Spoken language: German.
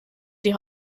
die